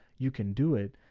you can do it.